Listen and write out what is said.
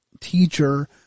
teacher